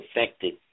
affected